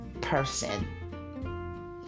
person